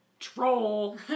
troll